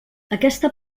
aquesta